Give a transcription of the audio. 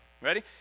Ready